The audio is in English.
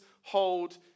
hold